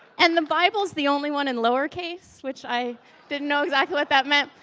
and, the bible is the only one in lower case which i didn't know exactly what that meant.